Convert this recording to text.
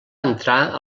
entrar